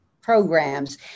programs